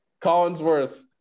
Collinsworth